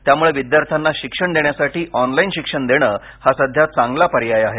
त्यामुळे विद्यार्थ्यांना शिक्षण देण्यासाठी ऑनलाइन शिक्षण देणे हा सध्या चांगला पर्याय आहे